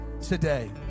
today